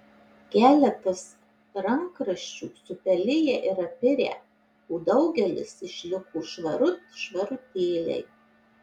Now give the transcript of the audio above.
keletas rankraščių supeliję ir apirę o daugelis išliko švarut švarutėliai